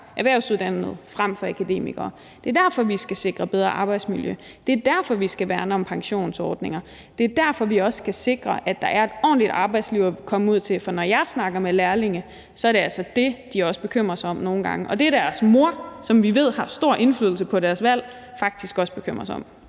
erhvervsuddannede frem for akademikere. Det er derfor, vi skal sikre et bedre arbejdsmiljø, det er derfor, vi skal værne om pensionsordninger, og det er også derfor, vi skal sikre, at der er et ordentligt arbejdsliv at komme ud til. For når jeg snakker med lærlinge, er det altså også det, de nogle gange bekymrer sig om, og som deres mor, som vi ved har stor indflydelse på deres valg, faktisk også bekymrer sig om.